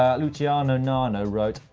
um luciano nano wrote,